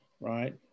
right